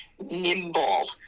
nimble